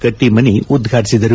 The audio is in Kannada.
ಕಟ್ಟಿಮನಿ ಉದ್ವಾಟಿಸಿದರು